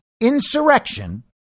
insurrection